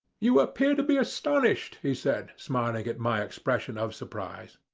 you appear to be astonished, he said, smiling at my expression of surprise.